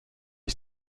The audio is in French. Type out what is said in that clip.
est